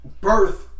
birth